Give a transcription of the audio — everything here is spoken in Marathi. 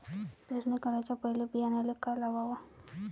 पेरणी कराच्या पयले बियान्याले का लावाव?